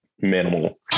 minimal